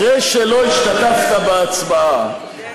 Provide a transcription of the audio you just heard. אחרי שלא השתתפת בהצבעה,